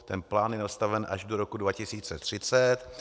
Ten plán je nastaven až do roku 2030.